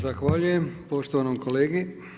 Zahvaljujem poštovanom kolegi.